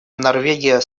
норвегия